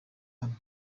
hano